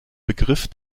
begriff